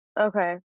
Okay